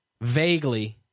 Vaguely